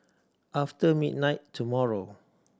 after midnight tomorrow